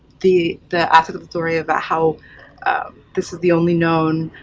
the the african story about how this is the only known